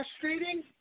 frustrating